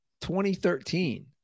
2013